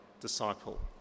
disciple